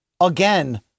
again